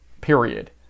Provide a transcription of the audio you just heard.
period